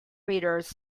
readers